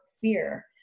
fear